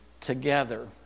together